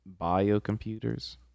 biocomputers